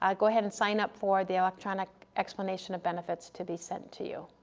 ah go ahead and sign up for the electronic explanation of benefits to be sent to you.